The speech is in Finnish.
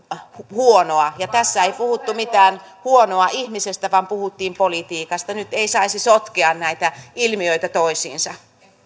huonoa ja tässä ei puhuttu mitään huonoa ihmisestä vaan puhuttiin politiikasta nyt ei saisi sotkea näitä ilmiöitä toisiinsa